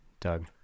Doug